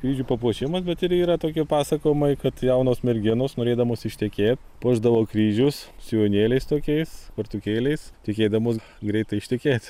kryžių papuošimas bet ir yra tokie pasakojimai kad jaunos merginos norėdamos ištekėt puošdavo kryžius sijonėliais tokiais kvartukėliais tikėdamos greitai ištekėt